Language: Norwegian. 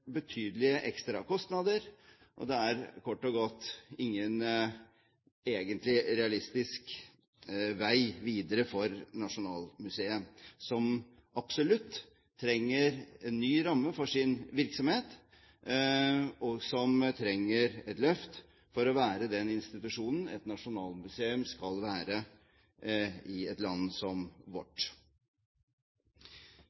betydelige ekstra kostnader. Dette er kort og godt ingen realistisk vei videre for Nasjonalmuseet, som absolutt trenger en ny ramme for sin virksomhet, og som trenger et løft for å være den institusjonen et nasjonalmuseum skal være i et land som